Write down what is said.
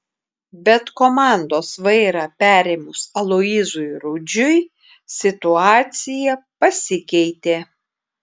bet komandos vairą perėmus aloyzui rudžiui situacija pasikeitė